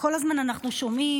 כל הזמן אנחנו שומעים: